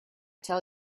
tell